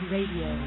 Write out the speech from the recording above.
Radio